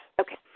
Okay